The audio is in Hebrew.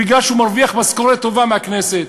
מפני שהוא מקבל משכורת טובה מהכנסת,